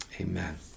amen